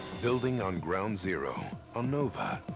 building on ground zero on nova.